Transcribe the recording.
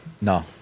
no